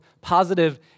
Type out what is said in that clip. positive